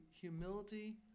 humility